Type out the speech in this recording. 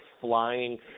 flying